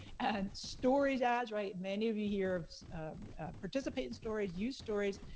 and stories ads, right, many of you hear of participating stories, you stories,